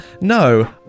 no